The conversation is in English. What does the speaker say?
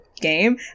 game